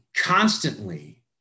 constantly